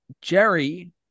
Jerry